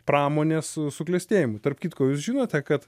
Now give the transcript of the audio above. pramonės suklestėjimu tarp kitko jūs žinote kad